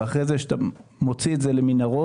אחרי זה כשאתה מוציא את זה למנהרות,